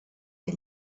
che